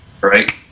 right